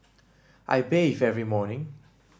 I bathe every morning